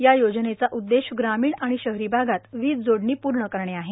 या योजनेचा उद्देश ग्रामीण आणि शहरी भागात वीजजोडणी पूर्ण करणे आहे